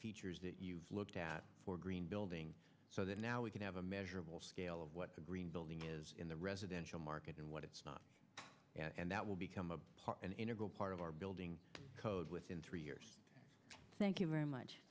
features that you've looked at for green building so that now we can have a measurable scale of what the green building is in the residential market and what it's not and that will become a integral part of our building code within three years thank you very much